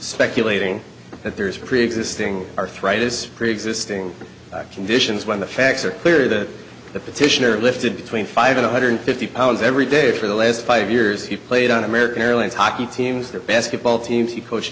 speculating that there's preexisting arthritis preexisting conditions when the facts are clear that the petitioner lifted between five hundred fifty pounds every day for the last five years he played on american airlines hockey teams that basketball teams he coached